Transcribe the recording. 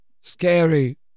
Scary